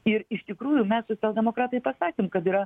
ir iš tikrųjų mes socialdemokratai pasakėm kad yra